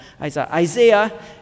Isaiah